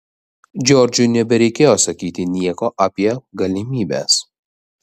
džordžui nebereikėjo sakyti nieko apie galimybes